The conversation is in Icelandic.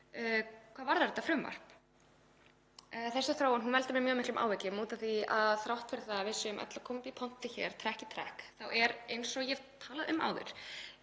hvað varðar þetta frumvarp? Þessi þróun veldur mér mjög miklum áhyggjum af því að þrátt fyrir að við séum öll að koma upp í pontu hér trekk í trekk þá er, eins og ég hef talað um áður,